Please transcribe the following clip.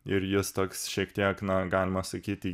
ir jis toks šiek tiek na galima sakyti